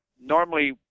normally